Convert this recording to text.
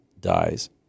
dies